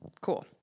Cool